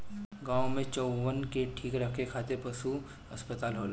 गाँव में चउवन के ठीक रखे खातिर पशु अस्पताल होला